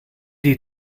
die